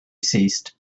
ceased